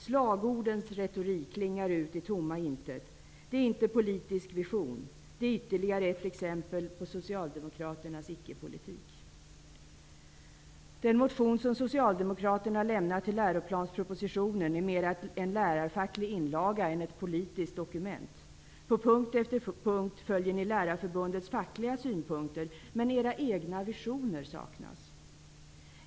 Slagordens retorik klingar ut i tomma intet. Detta är inte politisk vision, utan ytterligare ett exempel på Den motion som ni socialdemokrater har lämnat till läroplanspropositionen är mera en lärarfacklig inlaga än ett politiskt dokument. På punkt efter punkt följer ni Lärarförbundets fackliga synpunkter, men era egna visioner saknas.